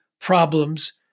problems